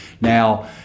Now